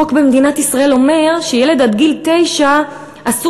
החוק במדינת ישראל אומר שילד עד גיל תשע אסור